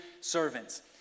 servants